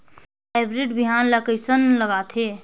Hybrid बिहान ला कइसन लगाथे?